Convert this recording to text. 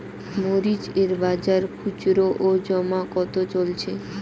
মরিচ এর বাজার খুচরো ও জমা কত চলছে?